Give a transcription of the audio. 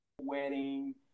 wedding